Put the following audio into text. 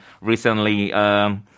recently